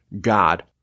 God